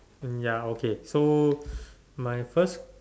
um ya okay so my first